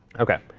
ok.